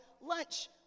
lunch